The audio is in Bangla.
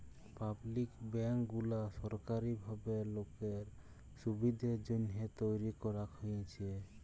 পাবলিক ব্যাঙ্ক গুলা সরকারি ভাবে লোকের সুবিধের জন্যহে তৈরী করাক হয়েছে